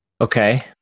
Okay